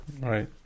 Right